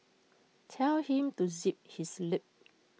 tell him to zip his lip